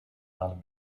halen